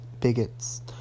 bigots